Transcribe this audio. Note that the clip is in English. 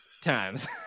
times